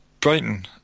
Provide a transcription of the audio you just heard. Brighton